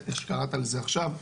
איך שקראת לזה עכשיו,